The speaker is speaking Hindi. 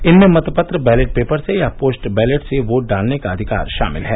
इनमें मतपत्र बैलेट पेपर से या पोस्ट बैलेट से वोट डालने का अधिकार शामिल है